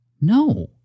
No